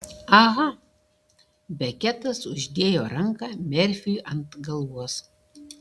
aha beketas uždėjo ranką merfiui ant galvos